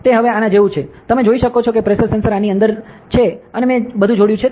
તે હવે આના જેવું છે તમે જોઈ શકો છો કે પ્રેશર સેન્સર આની અંદર છે અને મેં બધું જોડ્યું છે